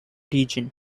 region